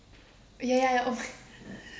ya ya ya oh my